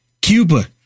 Cuba